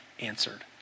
answered